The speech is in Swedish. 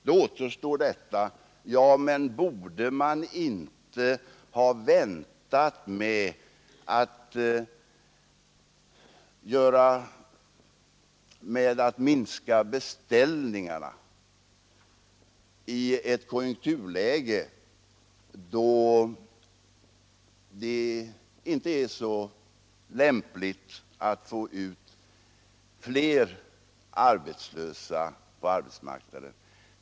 Då återstår frågan: Men borde man inte ha väntat med att minska försvarets beställningar i ett konjunkturläge, då det inte är så lämpligt att få ut fler arbetslösa på arbetsmarknaden?